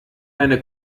eine